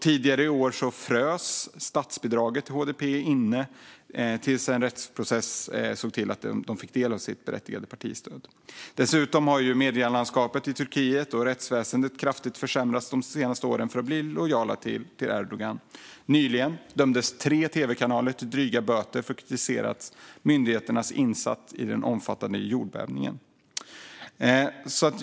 Tidigare i år frös statsbidraget till HDP inne tills en rättsprocess såg till att de fick del av sitt berättigade partistöd. Dessutom har medielandskapet och rättsväsendet i Turkiet kraftigt försämrats de senaste åren för att bli lojala med Erdogan. Nyligen dömdes tre tv-kanaler till dryga böter för att ha kritiserat myndigheternas insatser vid den omfattande jordbävningen.